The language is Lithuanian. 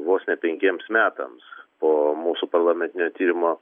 vos ne penkiems metams po mūsų parlamentinio tyrimo